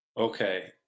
Okay